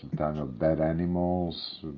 ah bad animals,